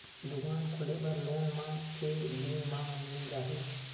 दुकान खोले बर लोन मा के दिन मा मिल जाही?